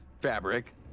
fabric